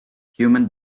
human